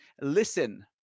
Listen